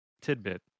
tidbit